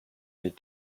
need